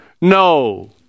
No